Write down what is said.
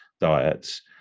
diets